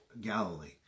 Galilee